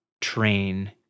train